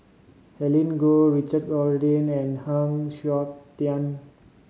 Goh Richard Corridon and Heng Siok Tian